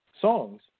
songs